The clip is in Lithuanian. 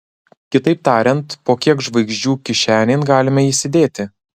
kitaip tariant po kiek žvaigždžių kišenėn galime įsidėti